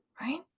Right